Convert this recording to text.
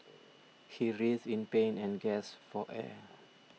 he writhed in pain and gasped for air